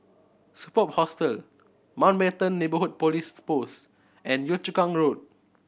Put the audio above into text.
Superb Hostel Mountbatten Neighbourhood Police Post and Yio Chu Kang Road